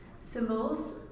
symbols